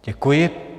Děkuji.